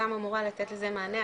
גם אמורה לתת לזה מענה,